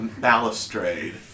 balustrade